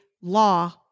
law